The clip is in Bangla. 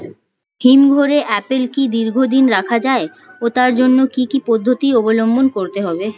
হিমঘরে আপেল কি দীর্ঘদিন রাখা যায় ও তার জন্য কি কি পদ্ধতি অবলম্বন করতে হবে?